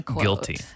guilty